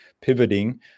pivoting